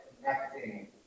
connecting